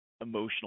emotional